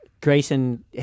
Grayson